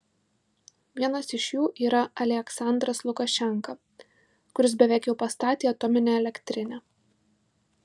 vienas iš jų yra aliaksandras lukašenka kuris beveik jau pastatė atominę elektrinę